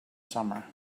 summer